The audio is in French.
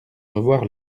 revoir